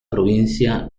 provincia